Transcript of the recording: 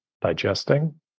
digesting